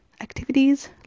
activities